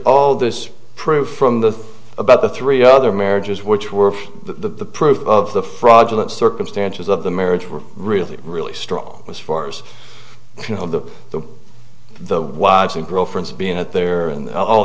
all this proof from the about the three other marriages which were the proof of the fraudulent circumstances of the marriage were really really strong was for us you know the the the wives and girlfriends being at there and all